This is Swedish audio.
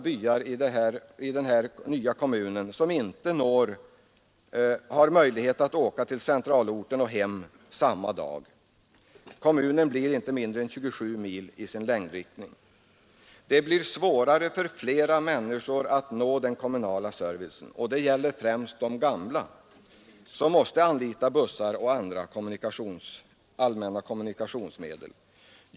Det finns i den nya kommunen flera byar där folk inte har möjlighet att åka till centralorten och hem samma dag med allmänna kommunikationsmedel. Det blir svårare för flera människor att nå den kommunala servicen, och det gäller främst de gamla utan egen bil.